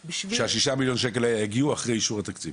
שהששה מיליון שקל האלה יגיעו אחרי אישור התקציב.